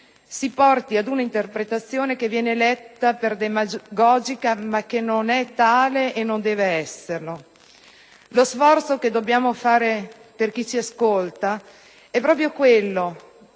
si giunga ad un'interpretazione che viene letta come demagogica, ma che non è tale e che non deve esserlo. Lo sforzo che dobbiamo fare per chi ci ascolta è proprio quello